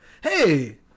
Hey